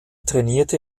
trainierte